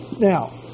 Now